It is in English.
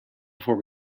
before